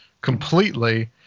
completely